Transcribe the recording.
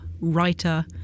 writer